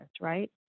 Right